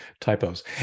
typos